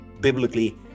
biblically